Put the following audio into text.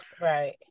right